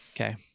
Okay